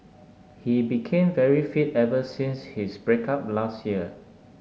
he became very fit ever since his break up last year